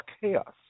chaos